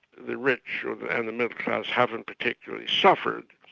the rich and the middle class haven't particularly suffered,